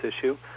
issue